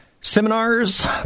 Seminars